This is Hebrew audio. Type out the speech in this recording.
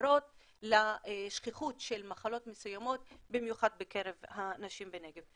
ונערות לשכיחות של מחלות מסוימות במיוחד בקרב הנשים בנגב.